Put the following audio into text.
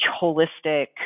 holistic